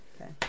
okay